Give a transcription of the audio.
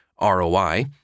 ROI